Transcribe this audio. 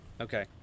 Okay